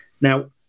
Now